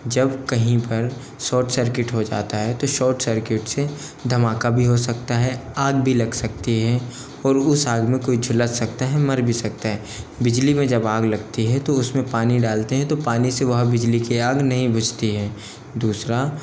जब कहीं पर सोट सर्किट हो जाता है तो शोर्ट सर्किट से धमाका भी हो सकता है आग भी लग सकती है और उस आग में कोई झुलस सकता है मर भी सकता है बिजली में जब आग लगती है तो उस में पानी डालते हैं तो पानी से वो बिजली की आग नहीं बुझती है दूसरा